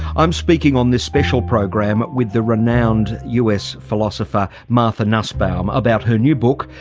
i'm speaking on this special program with the renowned us philosopher, martha nussbaum about her new book,